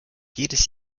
jedes